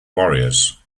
warriors